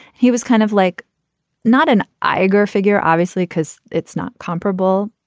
he was kind of like not an iger figure, obviously, because it's not comparable,